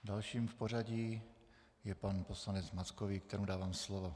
Dalším v pořadí je pan poslanec Mackovík, kterému dávám slovo.